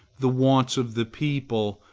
the wants of the people,